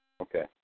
Okay